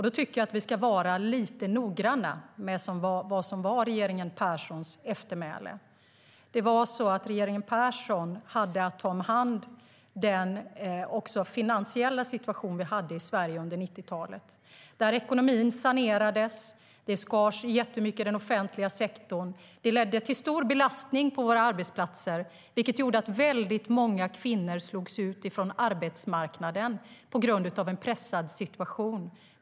Då tycker jag att vi ska vara lite noggranna med vad som var regeringen Perssons eftermäle. Regeringen Persson hade att ta hand om den finansiella situationen i Sverige under 90-talet. Ekonomin sanerades och det skars ned mycket i den offentliga sektorn. Det ledde till en stor belastning på våra arbetsplatser, vilket gjorde att väldigt många kvinnor slogs ut från arbetsmarknaden på grund av en pressad situation.